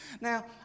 Now